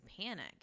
panic